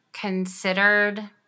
considered